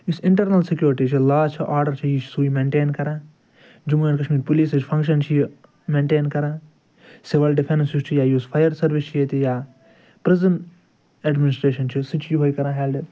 یُس internal security چھِ law چھُ آرڈر چھُ یہِ چھُ سُے مینٹین کَران جموں اینٛڈ کشمیٖر پُلیٖسٕچ فنگشن چھِ یہِ مینٹین کَران سِول ڈفینٕس یُس چھُ یا یُس فایر سٔروِس چھِ ییٚتہِ یا پرٛزٕن ایڈٕمنسٹریشن چھُ سُہ چھُ یوہَے کَران ہیلڈٕ